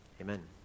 amen